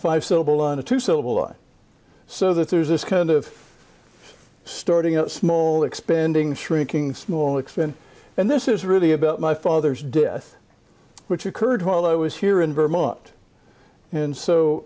five syllable on a two syllable line so that there's this kind of starting out small expanding shrinking small extent and this is really about my father's death which occurred while i was here in vermont and so